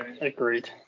agreed